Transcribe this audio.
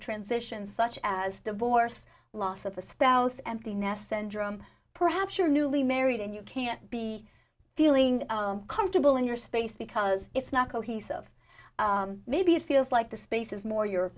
transition such as divorce loss of a spouse empty nest syndrome perhaps your newly married and you can't be feeling comfortable in your space because it's not cohesive maybe it feels like the space is more your